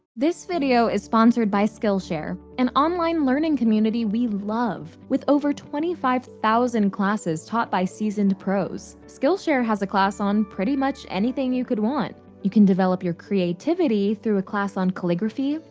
this video is sponsored by skillshare. an online learning community we love. with over twenty five thousand classes taught by seasoned pros, skillshare has a class on pretty much anything you could want. you can develop your creativity through a class on calligraphy,